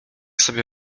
sobie